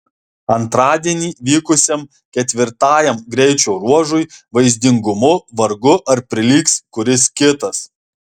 antradienį vykusiam ketvirtajam greičio ruožui vaizdingumu vargu ar prilygs kuris kitas